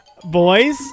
Boys